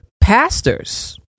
pastors